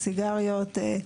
סיגריות,